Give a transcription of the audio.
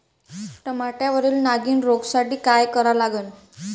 टमाट्यावरील नागीण रोगसाठी काय करा लागन?